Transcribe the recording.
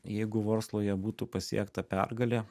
jeigu vorskloje būtų pasiekta pergalė